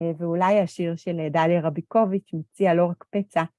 ואולי השיר של דלי רביקוביץ', מציע לא רק פצע.